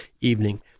evening